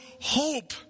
hope